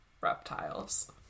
reptiles